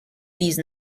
these